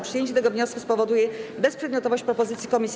Przyjęcie tego wniosku spowoduje bezprzedmiotowość propozycji komisji.